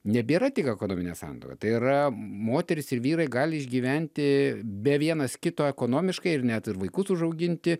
nebėra tik ekonominė samprata yra moterys ir vyrai gali išgyventi be vienas kito ekonomiškai ir net ir vaikus užauginti